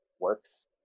works